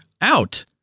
out